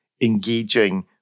engaging